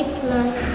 plus